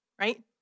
right